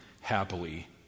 happily